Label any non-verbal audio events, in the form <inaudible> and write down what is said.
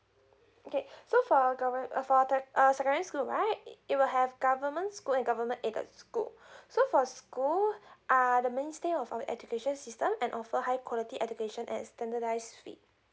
okay <breath> so for govern~ uh for the uh secondary school right it it will have government school and government aided school <breath> so for school are the ministry of our education system and offer high quality education at a standardise fee